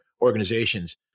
organizations